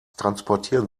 transportieren